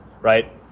right